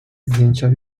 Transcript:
zdjęcia